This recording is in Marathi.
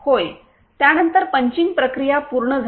होय त्यानंतर पंचिंग प्रक्रिया पूर्ण झाली